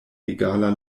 egala